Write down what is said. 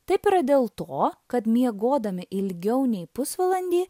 taip yra dėl to kad miegodami ilgiau nei pusvalandį